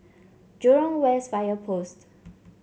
Jurong West Fire Post